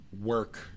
work